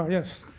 um yes.